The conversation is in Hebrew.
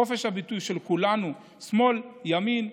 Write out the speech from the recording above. חופש הביטוי הוא של כולנו, שמאל, ימין,